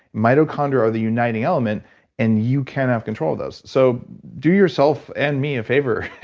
mitochondria are the uniting element and you can have control of those. so do yourself and me a favor,